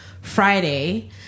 Friday